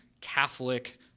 Catholic